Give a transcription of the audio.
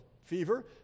fever